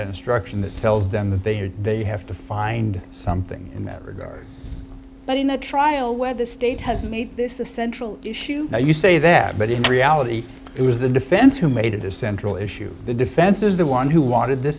instruction that tells them that they they have to find something in that regard but in the trial where the state has made this a central issue now you say that but in reality it was the defense who made it a central issue the defense is the one who wanted this